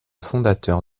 fondateur